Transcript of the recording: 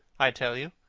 i tell you.